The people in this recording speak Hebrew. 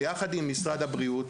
יחד עם משרד הבריאות,